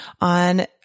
on